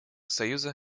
союза